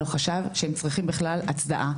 לא חשב שהם צריכים בכלל הצדעה.